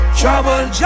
trouble